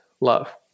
love